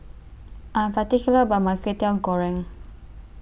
I'm particular about My Kwetiau Goreng